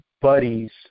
buddies